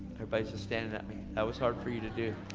everybody's just standing at me, that was hard for you to do.